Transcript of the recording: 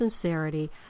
sincerity